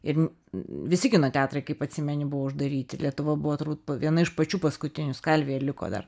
ir visi kino teatrai kaip atsimeni buvo uždaryti lietuva buvo turbūt viena iš pačių paskutinių skalvija liko dar